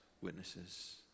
witnesses